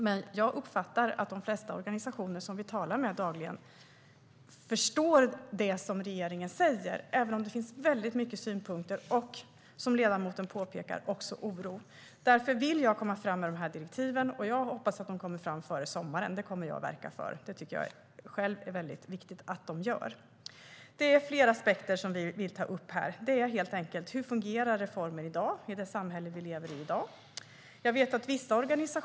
Men jag uppfattar att de flesta organisationer som vi dagligen talar med förstår det som regeringen säger, även om det finns väldigt mycket synpunkter och, som ledamoten påpekar, också oro. Därför vill jag komma fram med de här direktiven. Jag hoppas att de kommer fram före sommaren. Det kommer jag att verka för. Det tycker jag själv är väldigt viktigt. Det är flera aspekter som vi vill ta upp. Det är helt enkelt: Hur fungerar reformen i dag, i det samhälle vi i dag lever i?